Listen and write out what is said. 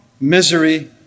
misery